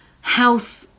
health